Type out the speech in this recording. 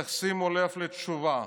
תשימו לב לתשובה: